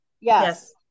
Yes